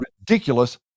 ridiculous